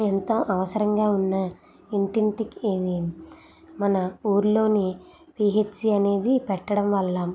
ఎంత అవసరంగా ఉన్నా ఇంటింటికీ ఇది మన ఊరిలోని పిహెచ్సి అనేది పెట్టడం వల్ల